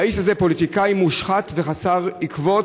שהאיש הזה פוליטיקאי מושחת וחסר עכבות,